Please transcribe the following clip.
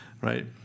Right